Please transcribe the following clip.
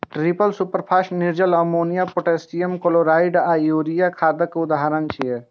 triple superphosphate, निर्जल ammonia, potassium chloride आ urea खादक उदाहरण छियै